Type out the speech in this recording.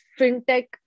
fintech